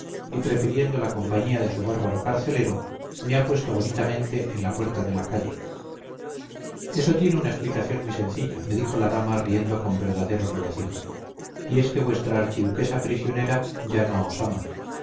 y prefiriendo la compañía de su bárbaro carcelero me ha puesto bonitamente en la puerta de la calle eso tiene una explicación muy sencilla me dijo la dama riendo con verdadero regocijo y es que vuestra archiduquesa prisionera ya no os ama